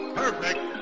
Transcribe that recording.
Perfect